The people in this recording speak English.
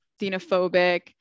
xenophobic